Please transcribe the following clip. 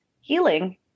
healing